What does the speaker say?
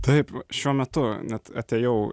taip šiuo metu net atėjau